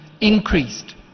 increased